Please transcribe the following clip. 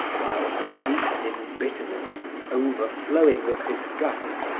while, steeped in bitterness and overflowing with disgust,